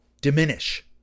diminish